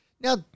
now